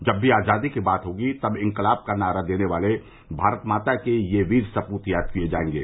जब भी आजादी की बात होगी तब इंकलाब का नारा देने वाले भारत माता के यह वीर सपूत याद किये जायेंगे